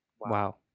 Wow